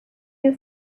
you